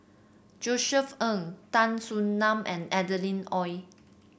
Josef Ng Tan Soo Nan and Adeline Ooi